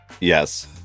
Yes